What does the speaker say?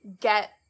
get